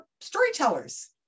storytellers